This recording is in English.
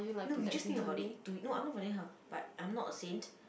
no you just think about it to you I'm not her but I'm not a saint